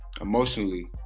emotionally